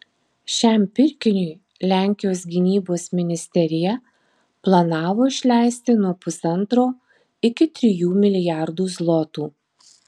šiam pirkiniui lenkijos gynybos ministerija planavo išleisti nuo pusantro iki trijų milijardų zlotų